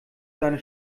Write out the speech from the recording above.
seine